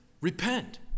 repent